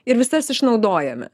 ir visas išnaudojame